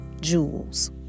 jewels